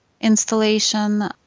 installation